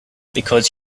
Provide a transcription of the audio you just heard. because